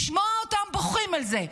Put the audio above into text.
לשמוע אותם בוכים על זה,